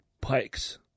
Pike's